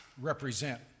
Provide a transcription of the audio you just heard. represent